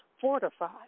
fortified